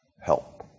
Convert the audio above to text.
help